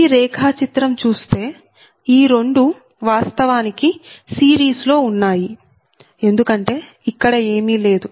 ఈ రేఖా చిత్రం చూస్తే ఈ రెండూ వాస్తవానికి సిరీస్ లో ఉన్నాయి ఎందుకంటే ఇక్కడ ఏమీ లేదు